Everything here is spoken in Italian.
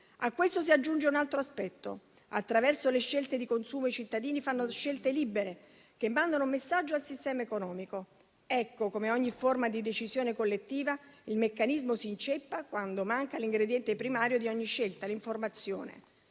A questo si aggiunge un altro aspetto: attraverso le scelte di consumo, i cittadini fanno scelte libere che mandano un messaggio al sistema economico. Ecco che, come in ogni forma di decisione collettiva, il meccanismo si inceppa quando manca l'ingrediente primario di ogni scelta: l'informazione.